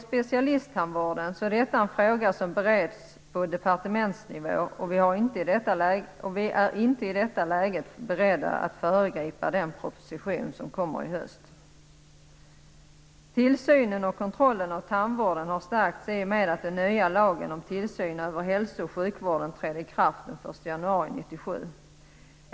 Specialisttandvården är en fråga som bereds på departementsnivå, och vi är inte i detta läge beredda att föregripa den proposition som kommer i höst. Tillsynen och kontrollen av tandvården har stärkts i och med att den nya lagen om tillsyn över hälso och sjukvården trädde i kraft den 1 januari 1997.